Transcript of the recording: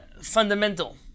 fundamental